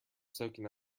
soaking